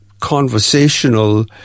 conversational